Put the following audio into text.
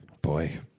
boy